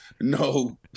no